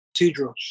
Cedros